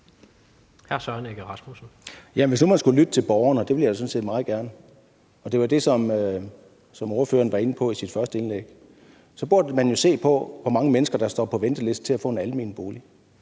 Hvis nu man skulle lytte til borgerne – det vil jeg sådan set meget gerne, og det var det, som ordføreren var inde på i sit første indlæg – så burde man jo se på, hvor mange mennesker der står på venteliste til at få en almen bolig.